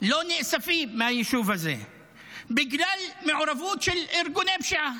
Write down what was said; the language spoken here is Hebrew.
לא נאספים מהיישוב הזה בגלל מעורבות של ארגוני פשיעה.